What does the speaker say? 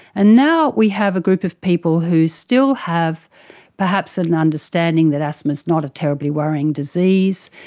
and now we have a group of people who still have perhaps an understanding that asthma is not a terribly worrying disease.